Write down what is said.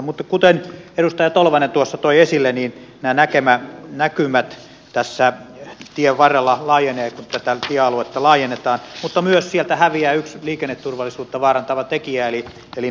mutta kuten edustaja tolvanen tuossa toi esille nämä näkymät tien varrella laajenevat kun tiealuetta laajennetaan mutta myös sieltä häviää yksi liikenneturvallisuutta vaarantava tekijä eli sähköpylväät